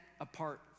apart